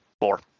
four